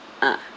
ah